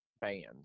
bands